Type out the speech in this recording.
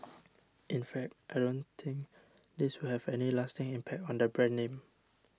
in fact I don't think this will have any lasting impact on the brand name